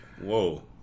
whoa